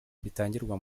bitangirwa